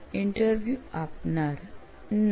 interview આપનાર ના